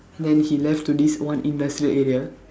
then he left to this one industrial area